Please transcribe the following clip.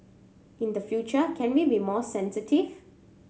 in the future can we be more sensitive